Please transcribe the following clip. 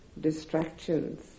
distractions